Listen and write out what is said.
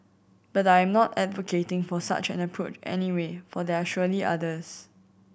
but I'm not advocating for such an approach anyway for there are surely others